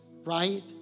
right